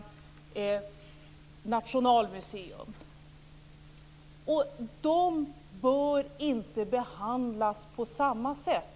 Operan, och Nationalmuseum. Dessa bör inte behandlas på samma sätt.